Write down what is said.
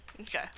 Okay